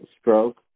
stroke